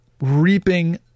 reaping